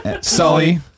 Sully